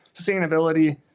sustainability